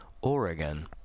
Oregon